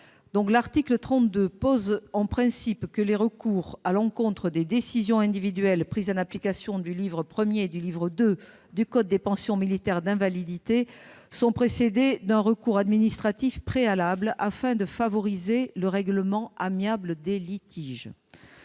L'article 32 pose comme principe que les recours à l'encontre des décisions individuelles prises en application du livre Iet du livre II du code des pensions militaires d'invalidité et des victimes de guerre sont précédés d'un recours administratif, afin de favoriser le règlement amiable des litiges.